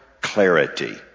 clarity